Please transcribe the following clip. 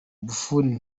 buffon